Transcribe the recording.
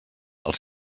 els